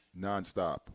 nonstop